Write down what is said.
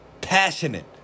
passionate